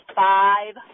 five